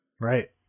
Right